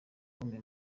ukomeye